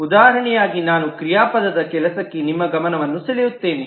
ಉದಾಹರಣೆಯಾಗಿ ನಾನು ಕ್ರಿಯಾಪದದ ಕೆಲಸಕ್ಕೆ ನಿಮ್ಮ ಗಮನವನ್ನು ಸೆಳೆಯುತ್ತೇನೆ